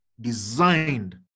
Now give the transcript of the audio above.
designed